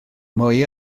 mwy